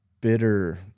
bitter